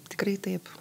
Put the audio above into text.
tikrai taip